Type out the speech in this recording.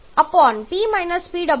અહીં 10